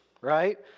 right